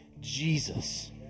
Jesus